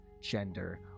gender